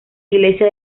iglesia